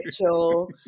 Mitchell